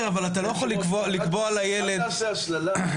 אל תעשה הסללה.